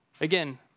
Again